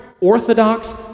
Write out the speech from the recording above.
orthodox